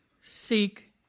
Seek